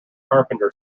carpenter